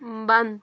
بنٛد